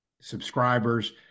subscribers